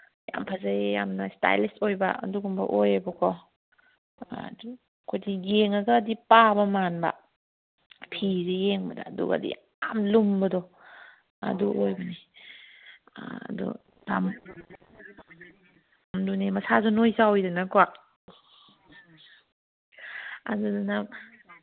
ꯌꯥꯝ ꯐꯖꯩ ꯌꯥꯝꯅ ꯏꯁꯇꯥꯏꯂꯤꯁ ꯑꯣꯏꯕ ꯑꯗꯨꯒꯨꯝꯕ ꯑꯣꯏꯌꯦꯕꯀꯣ ꯌꯦꯡꯉꯒꯗꯤ ꯄꯥꯕ ꯄꯥꯟꯕ ꯐꯤꯁꯦ ꯌꯦꯡꯕꯗ ꯑꯗꯨꯒꯗꯤ ꯌꯥꯝ ꯂꯨꯝꯕꯗꯣ ꯑꯗꯨ ꯑꯣꯏꯕꯅꯦ ꯑꯗꯨ ꯃꯁꯥꯁꯨ ꯅꯣꯏ ꯆꯥꯎꯋꯤꯗꯅꯀꯣ ꯑꯗꯨꯗꯨꯅ